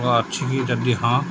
ଅଛି କି ଯଦି ହଁ